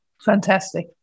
Fantastic